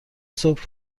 صبح